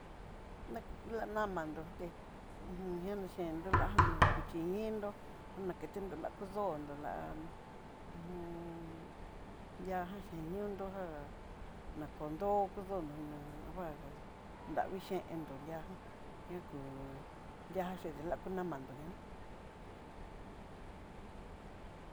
Lakutu lanamandó té ho o on nalachendó, lan'ná kuxhí iinró ketenró lakudó nró la hu uju di'á jan xhiniú nró já nakundó kudóno ná vangá daví chendó nonría ján, ñá kúu ndiajan xhí nakulamandó, ngíne.